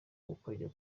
ukajya